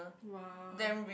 !wah!